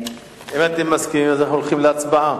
אם אתה מסכים, אז אנחנו הולכים להצבעה.